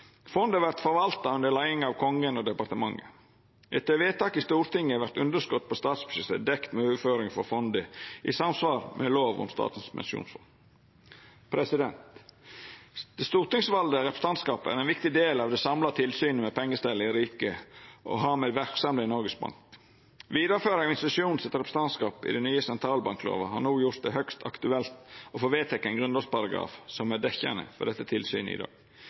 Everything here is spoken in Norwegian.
Fondet vert forvalta under leiing av Kongen og departementet. Etter vedtak i Stortinget vert underskot på statsbudsjettet dekt med overføringar frå fondet i samsvar med lov om Statens pensjonsfond. Det stortingsvalde representantskapet er ein viktig del av det samla tilsynet med pengestellet i riket og med verksemda i Noregs Bank. Vidareføringa av institusjonen sitt representantskap i den nye sentralbanklova har no gjort det høgst aktuelt å få vedteke ein grunnlovsparagraf som er dekkjande for dette tilsynet i dag.